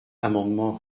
amendement